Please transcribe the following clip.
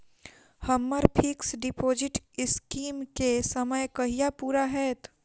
हम्मर fix deposit scheme केँ समय कहिया पूरा हैत?